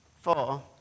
four